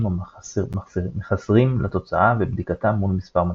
או מחסרים לתוצאה ובדיקתה מול מספר מטרה.